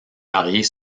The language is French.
varier